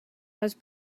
has